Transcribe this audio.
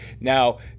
Now